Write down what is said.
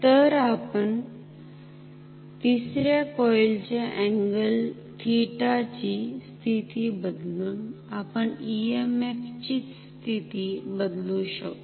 तर आपण तिसऱ्या कॉईल च्या अँगल थिटा ची स्थिती बदलून आपण EMF ची स्थिती बदलू शकतो